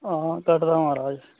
हां कटदा महाराज